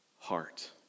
heart